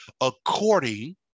according